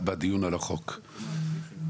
אנו צריכים ללמוד ממה שהיה פה לפני 20 שנה.